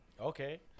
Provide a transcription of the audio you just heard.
Okay